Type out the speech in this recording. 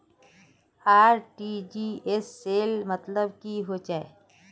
RTGS सेल मतलब की होचए?